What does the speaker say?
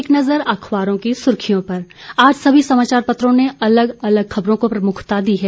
एक नजर अखबारों की सुर्खियों पर आज सभी समाचार पत्रों ने अलग अलग खबरों को प्रमुखता दी है